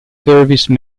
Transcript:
service